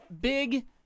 Big